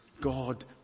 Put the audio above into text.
God